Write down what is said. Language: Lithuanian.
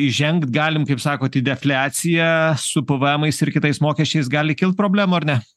įžengt galim kaip sakot į defliaciją su pėvėemais ir kitais mokesčiais gali kilt problemų ar ne